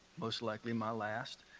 most likely my last,